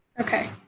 Okay